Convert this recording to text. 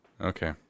Okay